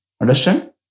Understand